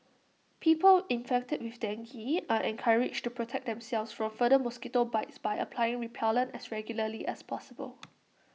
people infected with dengue are encouraged to protect themselves from further mosquito bites by applying repellent as regularly as possible